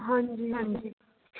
ਹਾਂਜੀ ਹਾਂਜੀ